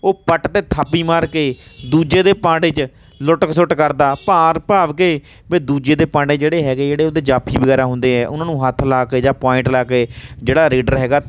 ਉਹ ਪੱਟ 'ਤੇ ਥਾਪੀ ਮਾਰ ਕੇ ਦੂਜੇ ਦੇ ਪਾਟੇ 'ਚ ਲੁੱਟ ਕਸੁੱਟ ਕਰਦਾ ਭਾਰ ਭਾਵ ਕਿ ਬਈ ਦੂਜੇ ਦੇ ਪਾਂਡੇ ਜਿਹੜੇ ਹੈਗੇ ਜਿਹੜੇ ਉਹਦੇ ਜਾਫੀ ਵਗੈਰਾ ਹੁੰਦੇ ਆ ਉਹਨਾਂ ਨੂੰ ਹੱਥ ਲਾ ਕੇ ਜਾਂ ਪੁਆਇੰਟ ਲਾ ਕੇ ਜਿਹੜਾ ਰੇਡਰ ਹੈਗਾ